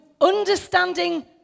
understanding